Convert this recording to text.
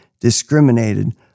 discriminated